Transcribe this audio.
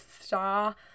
star